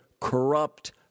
corrupt